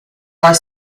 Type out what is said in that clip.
are